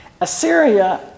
Assyria